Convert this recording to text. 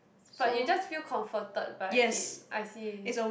but you just feel comforted by it I see